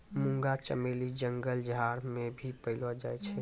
मुंगा चमेली जंगल झाड़ मे भी पैलो जाय छै